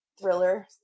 thriller